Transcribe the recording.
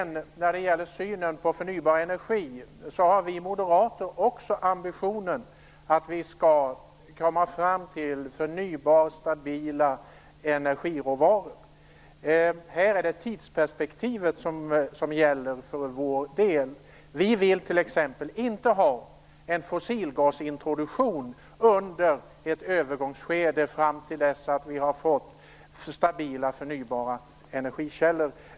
När det gäller synen på förnybar energi har också vi moderater ambitionen att det gäller att komma fram till förnybara och stabila energiråvaror. Här är det tidsperspektivet som gäller för vår del. Vi vill t.ex. inte ha en fossilgasintroduktion under ett övergångsskede fram till dess att vi fått stabila förnybara energikällor.